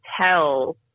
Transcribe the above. tell